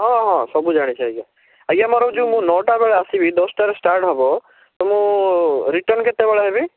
ହଁ ହଁ ସବୁ ଜାଣିଛି ଆଜ୍ଞା ଆଜ୍ଞା ମୋର ଯେଉଁ ମୁଁ ନଅଟା ବେଳେ ଆସିବି ଦଶଟାରେ ଷ୍ଟାର୍ଟ୍ ହେବ ତ ମୁଁ ରିଟର୍ନ କେତେବେଳେ ହେବି